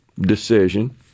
decision